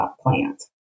plant